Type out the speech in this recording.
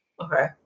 Okay